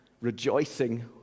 rejoicing